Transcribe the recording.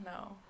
No